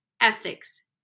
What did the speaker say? ethics